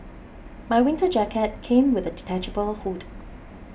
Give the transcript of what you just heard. my winter jacket came with a detachable hood